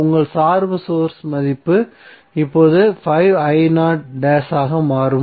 உங்கள் சார்பு சோர்ஸ் மதிப்பு இப்போது ஆக மாறும்